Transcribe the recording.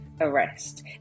arrest